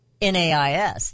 NAIS